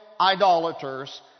idolaters